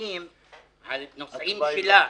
מספריים על נוסעים שלה.